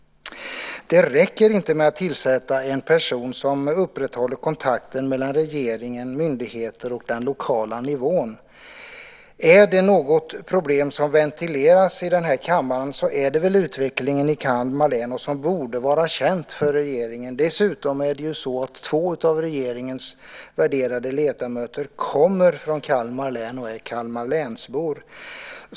Det räcker inte att tillsätta en person som upprätthåller kontakten mellan regeringen, myndigheter och den lokala nivån. Är det något problem som ventileras i den här kammaren så är det väl utvecklingen i Kalmar län, något som borde vara känt för regeringen. Dessutom är det så att två av regeringens värderade ledamöter kommer från Kalmar län och är kalmarlänsbor.